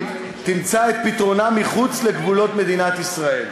תמצא את פתרונה מחוץ לגבולות מדינת ישראל.